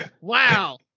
Wow